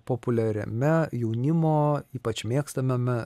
populiariame jaunimo ypač mėgstamame